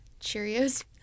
Cheerios